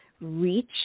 reach